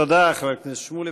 תודה, חבר הכנסת שמולי.